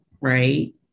right